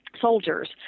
soldiers